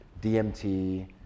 DMT